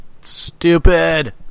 Stupid